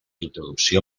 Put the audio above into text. introducció